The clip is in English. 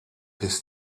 his